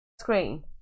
screen